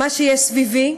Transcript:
מה שיש סביבי,